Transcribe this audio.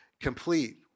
complete